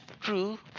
true